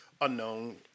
unknown